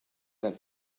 that